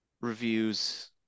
reviews